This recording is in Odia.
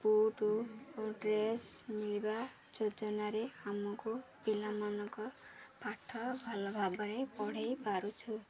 ବୁଟ୍ ଓ ଡ୍ରେସ୍ ମିଳିବା ଯୋଜନାରେ ଆମକୁ ପିଲାମାନଙ୍କ ପାଠ ଭଲ ଭାବରେ ପଢ଼ାଇ ପାରୁଛୁ